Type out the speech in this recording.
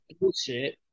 Bullshit